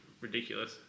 ridiculous